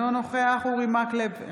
אינו נוכח אורי מקלב,